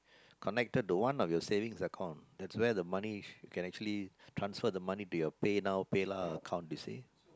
connected to one of your savings account that's where the money can actually transfer the money to your PayNow PayNow account to say